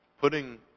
Putting